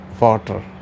water